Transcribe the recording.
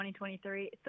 2023